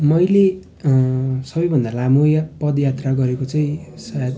मैले अँ सबैभन्दा लामो यात् पदयात्रा गरेको चाहिँ सायद